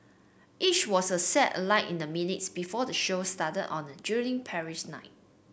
each was the set alight in the minutes before the show started on a drily Paris night